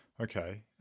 Okay